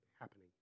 happening